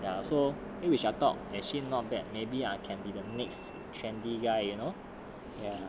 ya so then we shall talk actually not bad maybe I can be the next trendy guy you know